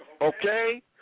Okay